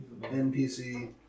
NPC